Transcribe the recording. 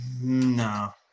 No